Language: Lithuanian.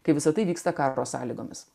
kai visa tai vyksta karo sąlygomis